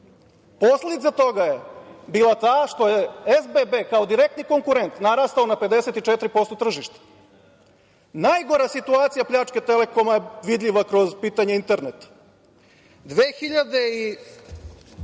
Posledica toga bila je ta što je SBB, kao direktni konkurent narastao na 54% tržišta. Najgora situacija pljačke „Telekoma“ vidljiva je kroz pitanje interneta.